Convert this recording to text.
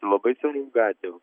su labai siauriom gatvėm